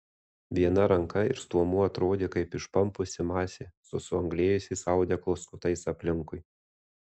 viena ranka ir stuomuo atrodė kaip išpampusi masė su suanglėjusiais audeklo skutais aplinkui